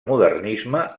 modernisme